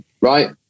right